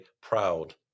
proud